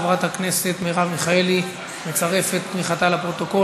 חברת הכנסת מרב מיכאלי מצרפת את תמיכתה לפרוטוקול.